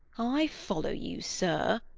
i follow you, sir.